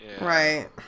right